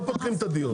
אני לא מסיים,